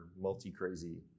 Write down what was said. multi-crazy